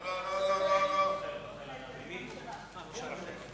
לא לא, מי אחריה?